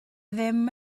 ddim